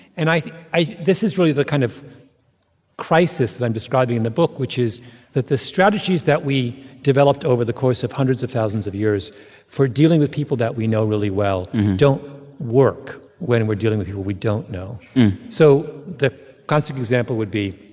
and i i this is really the kind of crisis that i'm describing in the book, which is that the strategies that we developed over the course of hundreds of thousands of years for dealing with people that we know really well don't work when we're dealing with people we don't know so the classic example would be,